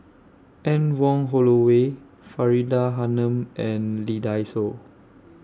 Anne Wong Holloway Faridah Hanum and Lee Dai Soh